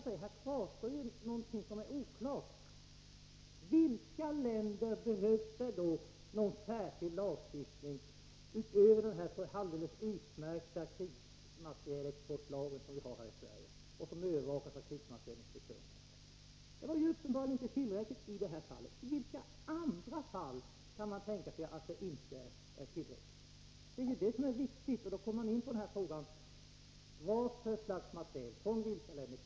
Därför kvarstår något som är oklart: För vilka länder behövs en särskild lagstiftning, utöver den alldeles utmärkta krigsmaterielexportlag som vi har här i Sverige och som övervakas av krigsmaterielinspektören? Den var uppenbarligen inte tillräcklig i det här fallet. I vilka andra fall kan man tänka sig att den inte är tillräcklig? Det är det som är viktigt. Och här kommer man in på frågorna: Vad för slags materiel skall det gälla?